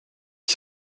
ich